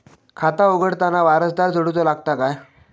खाता उघडताना वारसदार जोडूचो लागता काय?